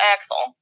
Axel